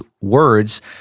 words